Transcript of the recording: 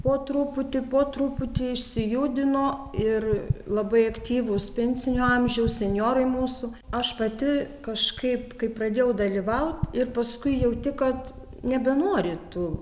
po truputį po truputį išsijudino ir labai aktyvūs pensinio amžiaus senjorai mūsų aš pati kažkaip kai pradėjau dalyvaut ir paskui jauti kad nebenori tu